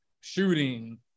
shooting